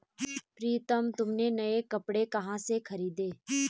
प्रितम तुमने नए कपड़े कहां से खरीदें?